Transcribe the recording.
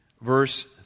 verse